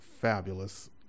fabulous